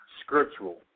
scriptural